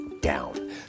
down